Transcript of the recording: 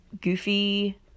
goofy